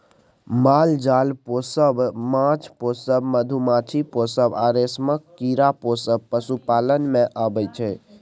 माल जाल पोसब, माछ पोसब, मधुमाछी पोसब आ रेशमक कीरा पोसब पशुपालन मे अबै छै